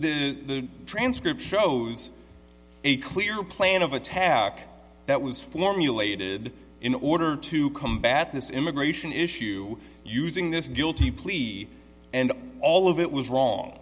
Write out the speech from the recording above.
the transcript shows a clear plan of attack that was formulated in order to combat this immigration issue using this guilty plea and all of it was wrong